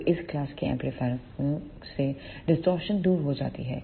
तो इस क्लास के एम्पलीफायरों से डिस्टॉर्शन दूर हो जाती है